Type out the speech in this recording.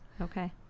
Okay